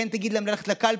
כן תגיד להם ללכת לקלפי,